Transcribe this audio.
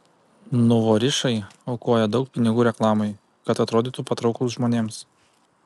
nuvorišai aukoja daug pinigų reklamai kad atrodytų patrauklūs žmonėms